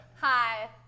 Hi